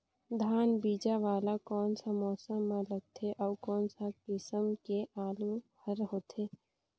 धान बीजा वाला कोन सा मौसम म लगथे अउ कोन सा किसम के आलू हर होथे?